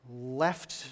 left